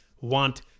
want